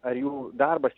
ar jų darbas